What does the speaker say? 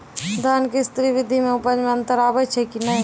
धान के स्री विधि मे उपज मे अन्तर आबै छै कि नैय?